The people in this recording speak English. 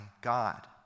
God